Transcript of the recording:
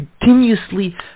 continuously